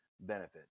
Benefit